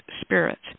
spirits